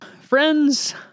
Friends